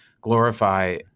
Glorify